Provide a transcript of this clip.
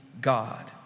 God